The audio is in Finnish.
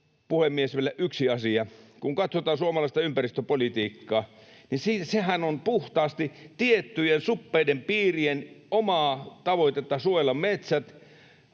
puhemies, vielä yksi asia: Kun katsotaan suomalaista ympäristöpolitiikkaa, niin sehän on puhtaasti tiettyjen suppeiden piirien omaa tavoitetta suojella metsät,